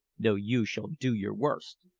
though you should do your worst!